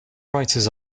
writers